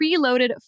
preloaded